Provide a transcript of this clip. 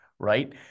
right